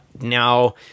Now